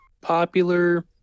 popular